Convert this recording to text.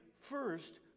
first